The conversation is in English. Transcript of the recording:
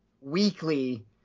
weekly